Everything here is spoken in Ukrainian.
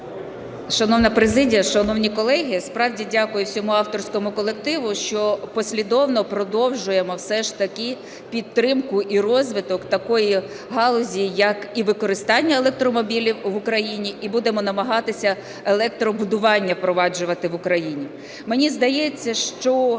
Шановна президія, шановні колеги! Справді дякую всьому авторському колективу, що послідовно продовжуємо все ж таки підтримку і розвиток такої галузі, як використання електромобілів в Україні, і будемо намагатися електробудування впроваджувати в Україні. Мені здається, що